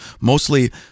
mostly